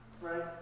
Right